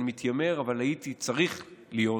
אני מתיימר והייתי צריך להיות